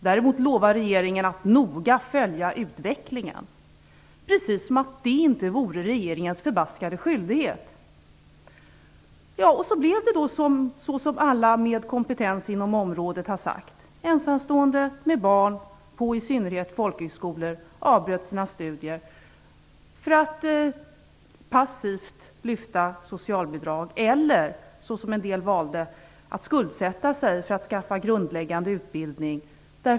Däremot lovar regeringen att noga följa utvecklingen, precis som om det inte vore regeringens förbaskade skyldighet. Så blev det då som alla med kompetens inom området hade sagt - ensamstående med barn, i synnerhet på folkhögskolor, avbröt sina studier för att passivt lyfta socialbidrag eller, som en del valde, för att skuldsätta sig för att skaffa grundläggande utbildning.